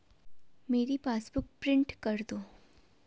मेरी passbook print कर दो